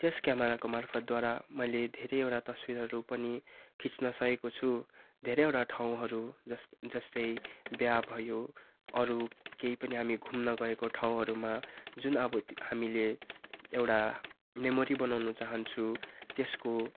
त्यस क्यामराको माफर्तद्वारा मेलै धेरैवटा तस्विरहरू पनि खिच्न सकेको छु धैरैवटा ठाउँहरू जस् जस्तै बिहा भयो अरू केही पनि हामी घुम्न गएको ठाउँहरूमा जुन अब हामीले एउटा मेमोरी बनाउनु चाहन्छु त्यसको